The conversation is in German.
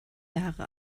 jahre